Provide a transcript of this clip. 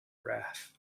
wrath